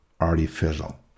artificial